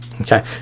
Okay